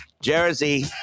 Jersey